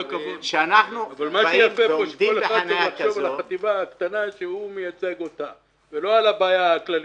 שכל אחד חושב על החטיבה הקטנה שהוא מייצג אותה ולא על הבעיה הכללית.